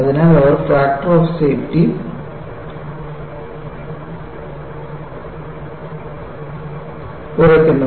അതിനാൽ അവർ factor of safety കുറക്കുന്നു